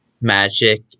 magic